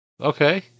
Okay